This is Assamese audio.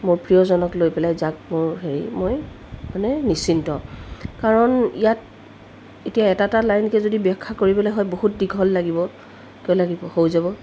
মোৰ প্ৰিয়জনক লৈ পেলাই যাক মোৰ হেৰি মই মানে নিশ্চিত কাৰণ ইয়াত এতিয়া এটা এটা লাইনকৈ যদি ব্যাখ্যা কৰিবলৈ হয় বহুত দীঘল লাগিব কিয় লাগিব হৈ যাব